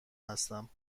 هستم